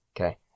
Okay